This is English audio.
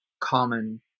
common